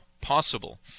possible